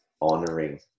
honoring